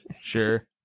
Sure